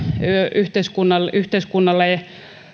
yhteiskunnalle yhteiskunnalle